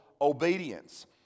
obedience